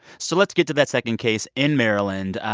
so let's get to that second case in maryland,